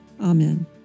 Amen